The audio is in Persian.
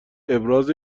ابراز